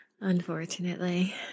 unfortunately